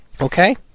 Okay